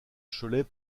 cholet